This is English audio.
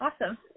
Awesome